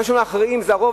האנשים האחראיים זה הרוב,